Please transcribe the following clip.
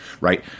Right